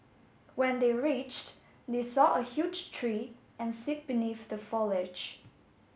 when they reached they saw a huge tree and sit beneath the foliage